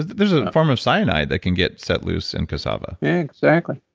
there's a form of cyanide that can get set loose in cassava yeah, exactly.